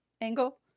angle